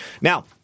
Now